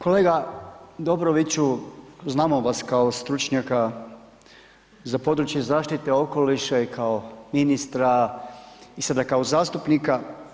Kolega Dobroviću, znamo vas kao stručnjaka za područje zaštite okoliša i kao ministra i sada kao zastupnika.